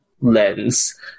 lens